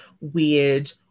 weird